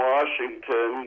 Washington